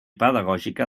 pedagògica